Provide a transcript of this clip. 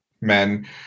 men